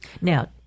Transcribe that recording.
Now